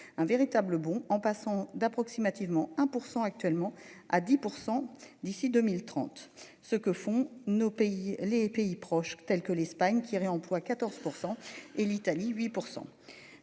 un véritable bond en passant d'approximativement 1% actuellement à 10% d'ici 2030, ce que font nos pays les pays proches tels que l'Espagne qui irait emploie 14% et l'Italie oui